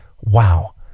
Wow